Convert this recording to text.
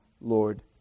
Lord